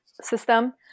system